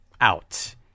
out